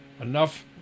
enough